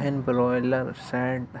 गहन broiler shade